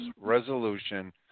Resolution